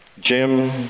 Jim